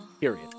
Period